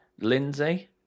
Lindsay